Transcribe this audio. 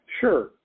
Sure